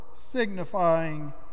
signifying